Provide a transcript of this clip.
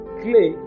clay